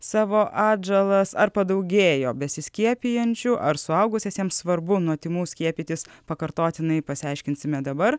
savo atžalas ar padaugėjo besiskiepijančių ar suaugusiesiems svarbu nuo tymų skiepytis pakartotinai pasiaiškinsime dabar